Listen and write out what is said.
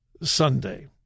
Sunday